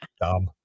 Dumb